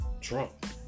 Trump